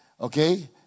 okay